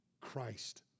Christ